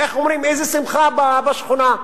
איזו שמחה בשכונה.